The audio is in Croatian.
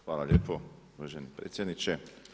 Hvala lijepo uvaženi predsjedniče.